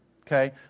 okay